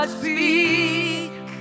speak